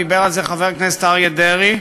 דיבר על זה חבר הכנסת אריה דרעי,